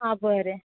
आ बरें